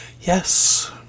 yes